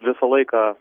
visą laiką